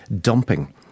dumping